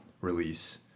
release